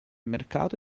mercato